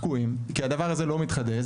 כי הדבר הזה לא מתחדש,